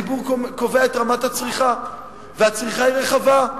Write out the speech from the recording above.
הציבור קובע את רמת הצריכה, והצריכה היא רחבה.